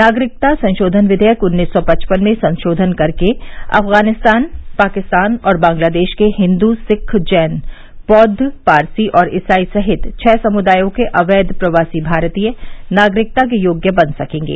नागरिकता संशोधन विघेयक उन्नीस सौ पचपन में संशोधन कर के अफगानिस्तान पाकिस्तान और बांग्लादेश के हिन्दू सिख बौद्व जैन पारसी और इसाई सहित छः समुदायों के अवैध प्रवासी भारतीय नागरिकता के योग्य बन सकेंगे